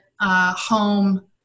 home